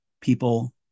people